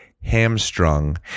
hamstrung